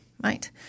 Right